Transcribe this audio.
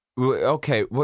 okay